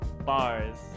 Bars